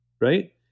right